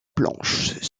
planche